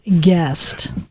guest